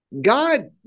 God